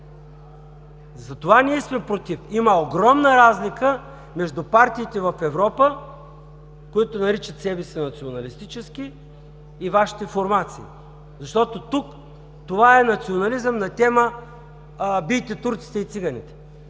Затова ние сме „против“. Има огромна разлика между партиите в Европа, които наричат себе си „националистически“, и Вашите формации. Защото тук това е национализъм на тема: „Бийте турците и циганите!“